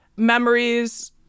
memories